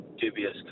Dubious